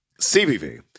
CBV